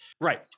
right